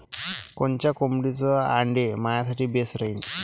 कोनच्या कोंबडीचं आंडे मायासाठी बेस राहीन?